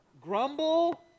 grumble